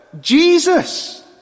Jesus